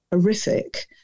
horrific